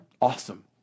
Awesome